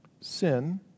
sin